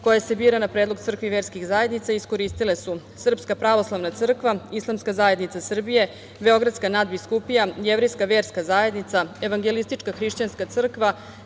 koje se bira na predlog crkve i verskih zajednica, iskoristile su SPS, Islamska zajednica Srbije, Beogradska Nadbiskupija, Jevrejska verska zajednica, Evangelistička hrišćanska crkva,